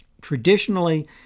traditionally